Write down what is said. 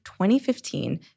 2015